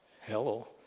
Hello